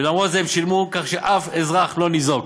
ולמרות זה הם שילמו, כך שאף אזרח לא ניזוק.